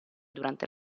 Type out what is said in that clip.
durante